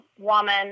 woman